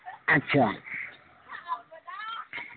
আচ্ছা